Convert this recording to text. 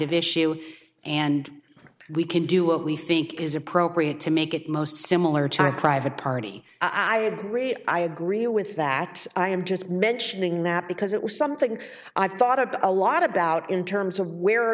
of issue and we can do what we think is appropriate to make it most similar type private party i agree i agree with that i am just mentioning that because it was something i've thought about a lot about in terms of where